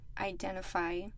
identify